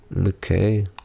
okay